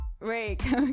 wait